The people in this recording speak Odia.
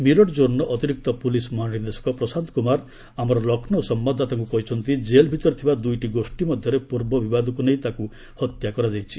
ମିରଟ୍ ଜୋନ୍ର ଅତିରିକ୍ତ ପୁଲିସ୍ ମହାନିର୍ଦ୍ଦେଶକ ପ୍ରଶାନ୍ତ କୁମାର ଆମର ଲକ୍ଷ୍ମୌ ସମ୍ଭାଦଦାତାଙ୍କୁ କହିଛନ୍ତି ଜେଲ୍ ଭିତରେ ଥିବା ଦୁଇଟି ଗୋଷ୍ଠୀ ମଧ୍ୟରେ ପୂର୍ବ ବିବାଦକୁ ନେଇ ତାକୁ ହତ୍ୟା କରାଯାଇଛି